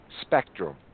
spectrum